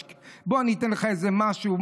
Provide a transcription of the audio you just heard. בוא אני אתן לך איזה משהו.